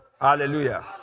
Hallelujah